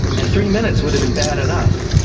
and three minutes would have been bad enough.